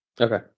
okay